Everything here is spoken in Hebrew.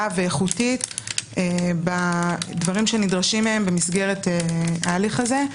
ואיכותית בדברים שנדרשים מהם במסגרת ההליך הזה.